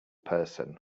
person